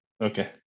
Okay